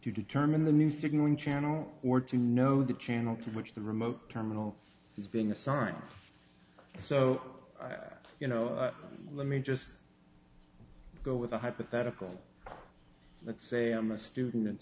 to determine the new signalling channel or to know the channel to which the remote terminal is being assigned so you know let me just go with a hypothetical let's say i'm a student